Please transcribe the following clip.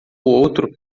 outro